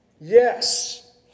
Yes